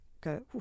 go